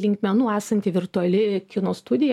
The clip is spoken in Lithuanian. linkmenų esanti virtuali kino studija